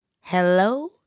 Hello